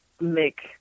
make